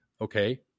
Okay